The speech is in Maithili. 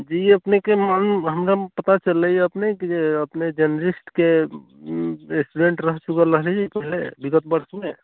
जी अपनेके मनु हमरा पता चललै अइ कि अपनेके अपने जे जर्नलिस्टके स्टूडेन्ट रहि चुकल रही विगत वर्षमे